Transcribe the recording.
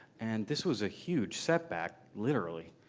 and this was a huge setback, literally.